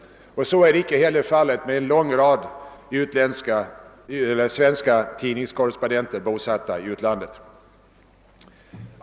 Detsamma är fallet med en lång rad svenska tidningskorrespondenter bosatta i utlandet.